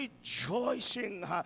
rejoicing